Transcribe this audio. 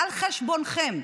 על חשבונכם,